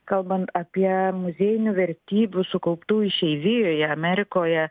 kalbant apie muziejinių vertybių sukauptų išeivijoje amerikoje